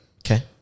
Okay